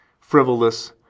frivolous